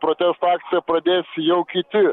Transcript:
protesto akciją pradės jau kiti